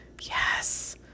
yes